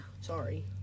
Sorry